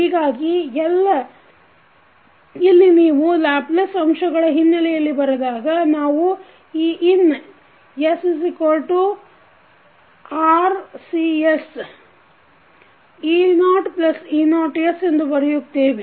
ಹೀಗಾಗಿ ಇಲ್ಲ ನೀವು ಲ್ಯಾಪ್ಲೇಸ್ ಅಂಶಗಳ ಹಿನ್ನೆಲೆಯಲ್ಲಿ ಬರೆದಾಗ ನಾವು Ein SRCs e0e0S ಎಂದು ಬರೆಯುತ್ತೇವೆ